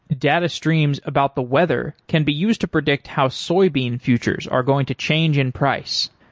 data streams about the weather can be used to predict how soybean futures are going to change in price.